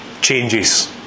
changes